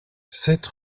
sept